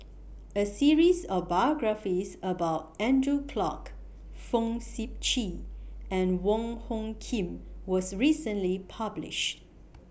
A series of biographies about Andrew Clarke Fong Sip Chee and Wong Hung Khim was recently published